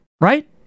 right